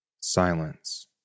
Silence